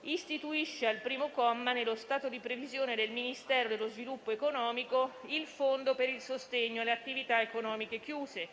istituisce al primo comma nello stato di previsione del Ministero dello sviluppo economico il fondo per il sostegno alle attività economiche chiuse,